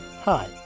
Hi